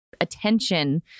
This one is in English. attention